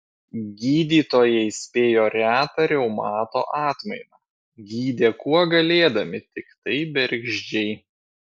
gydytojai spėjo retą reumato atmainą gydė kuo galėdami tiktai bergždžiai